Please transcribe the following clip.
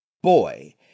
Boy